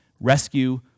rescue